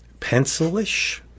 pencilish